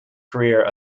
career